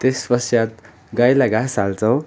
त्यस पश्चात गाईलाई घाँस हाल्छौँ